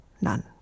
None